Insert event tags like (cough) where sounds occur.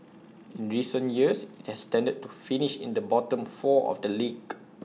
in recent years has tended (noise) finish in the bottom four of the league